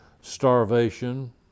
starvation